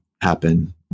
happen